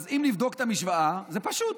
אז אם נבדוק את המשוואה, זה פשוט: